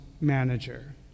manager